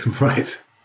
Right